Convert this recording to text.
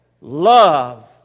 love